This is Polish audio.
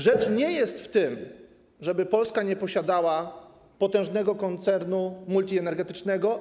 Rzecz nie jest w tym, żeby Polska nie posiadała potężnego koncernu multienergetycznego.